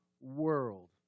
world